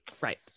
right